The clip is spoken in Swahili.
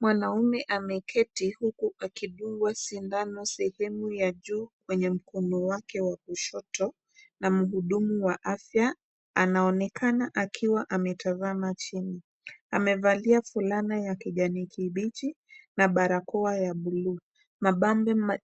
Mwanamume ameketi huku akidungwa sindano sehemu ya juu kwenye mkono wake wa kushoto, na mhudumu wa afya anaonekana akiwa ametazama chini, amevalia fulana ya kijani kibichi na barakoa ya bluu,